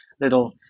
little